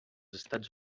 estats